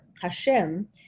Hashem